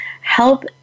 help